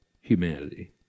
humanity